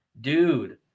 Dude